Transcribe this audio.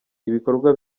ibikorwa